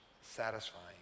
satisfying